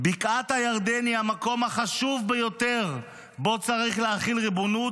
"בקעת הירדן היא המקום החשוב ביותר שבו צריך להחיל ריבונות